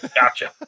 Gotcha